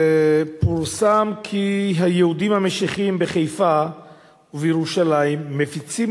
פורסם כי היהודים המשיחיים בחיפה ובירושלים מפיצים